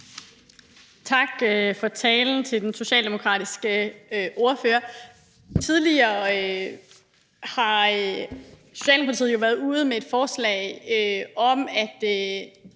tak for talen til den socialdemokratiske ordfører. Tidligere har Socialdemokratiet jo været ude med et forslag om, at